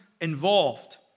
involved